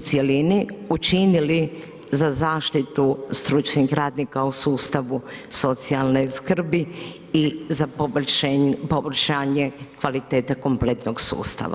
cjelini učinili za zaštitu stručnih radnika u sustavu socijalne skrbi i za poboljšanje kvalitete kompletnog sustava?